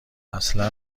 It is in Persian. اصلا